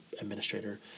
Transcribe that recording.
administrator